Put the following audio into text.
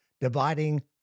dividing